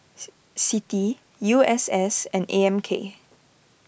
Citi U S S and A M K